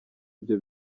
ibyo